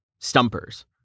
Stumpers